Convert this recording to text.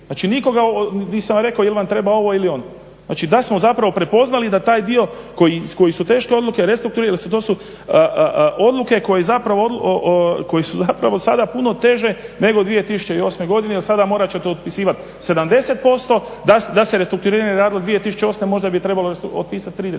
Znači nisam vam rekao jel vam treba ovo ili ono. Znači da smo prepoznali i da taj dio koje su teške odluke … dakle to su odluke koje su puno teže nego 2008.godine jel sada ćete morati otpisivati 70%, da se restrukturiranje radilo 2008. Možda bi trebalo otpisati 30%